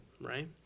right